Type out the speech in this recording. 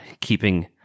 keeping